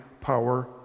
power